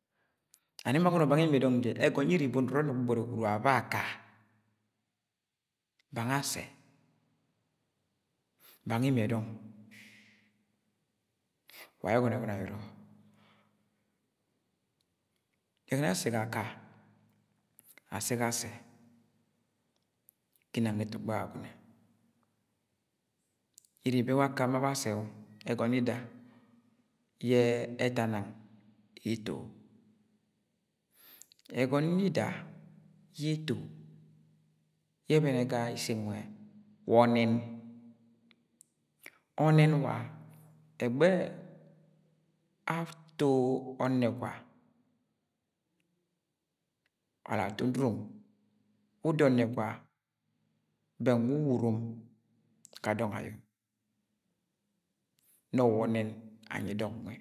. and emo agono bang imiẹ dọng jẹ ẹgọn yi iri ibo nẹrẹ ni gbogbori wa baka, bang Ase, bang imiẹ dọng wa ayẹ ẹgọnọ ovẹn ayona ase ga aka asse Ase ginang ga etogbo agwagune iri ibo ba aka ma ba Ase-o ẹgọn yida ye eta nang ito, ẹgọn yida yi ito yẹ ebene ga ise nwẹ wa ọnẹn, ọnẹn wa ẹgbẹ ato ọnẹgwa or ato onurom wu uda ǫnẹgwa bẹng wu uwa urom ga dọng ayǫ nọ wa ọnẹn anyi dọng nge,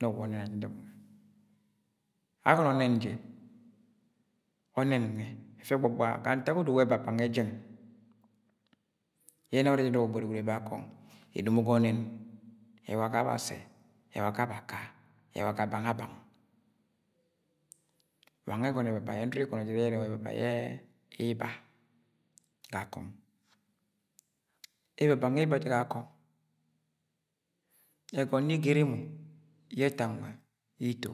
nọ wa ọnẹn anyi dong nwe, agọno ọnẹn je ǫnęm nwẹ ẹfẹ ẹbaba ga ntak odo wa ẹbaba nge jẹng yẹ ẹna ware nọrọ gbogbori gwud iba akọng edomo ga ọnẹn ẹwa sa wa Ase, ewa ga ba aka, ẹwa ga ga bang a bang, wa ngẹ ẹgọnọ ebaba yẹ nọrọ igọnǫ jẹ irẹ wa ebaba yẹ iba gakọng, ẹbaba ngẹ iba jẹ gakọng ẹgoni igeri mọ yẹ ẹta nwẹ ito.